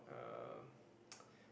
um